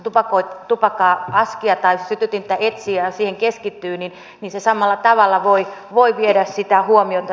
kun tupakkaa askia tai sytytintä etsii ja siihen keskittyy niin se samalla tavalla voi viedä sitä huomiota